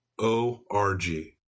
O-R-G